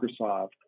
Microsoft